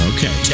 Okay